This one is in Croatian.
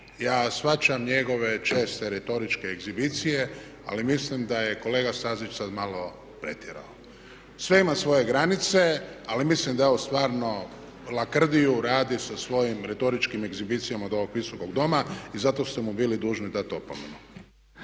Ja shvaćam njegove česte retoričke egzibicije ali mislim da je kolega Stazić sad malo pretjerao. Sve ima svoje granice ali mislim da je ovo stvarno lakrdiju radi sa svojim retoričkim egzibicijama od ovog Visokog doma i zato ste mu bili dužni dati opomenu.